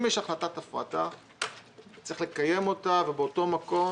אם יש החלטת הפרטה צריך לקיים אותה באותו מקום